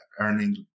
earning